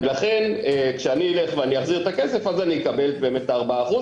לכן כשאני אלך ואני אחזיר את הכסף אז אני אקבל באמת את ה-4%,